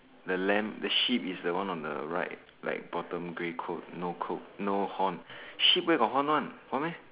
the lamb the sheep is the one on the right like bottom grey coat no coke no horn sheep where got horn one horn meh